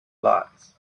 lots